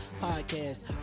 podcast